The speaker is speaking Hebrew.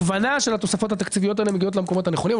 שהתוספות התקציביות האלו מגיעות למקומות נכונים.